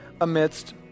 amidst